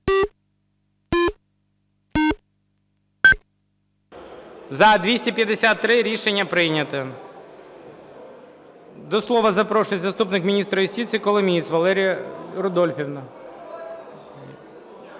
За-253 Рішення прийнято. До слова запрошується заступник міністра юстиції Коломієць Валерія Рудольфівна.